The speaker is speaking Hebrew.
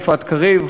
יפעת קריב,